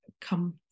come